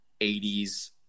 80s